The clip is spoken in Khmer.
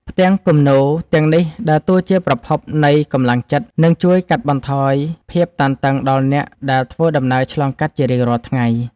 ផ្ទាំងគំនូរទាំងនេះដើរតួជាប្រភពនៃកម្លាំងចិត្ត និងជួយកាត់បន្ថយភាពតានតឹងដល់អ្នកដែលធ្វើដំណើរឆ្លងកាត់ជារៀងរាល់ថ្ងៃ។